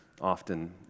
often